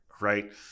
right